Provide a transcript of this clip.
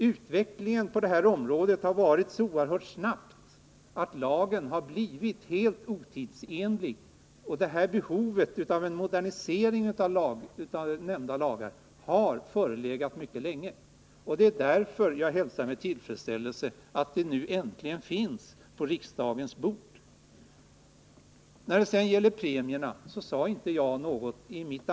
Utvecklingen på det här området har varit så oerhört snabb att lagen har blivit helt otidsenlig, och behovet av en modernisering av denna lag har förelegat mycket länge. Det är därför som jag hälsar med tillfredsställelse att förslaget nu äntligen finns på riksdagens bord. När det gäller premierna sade jag inte något om försäkringsinspektionen.